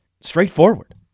straightforward